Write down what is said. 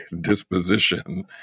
disposition